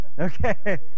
okay